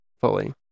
fully